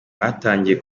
batangiye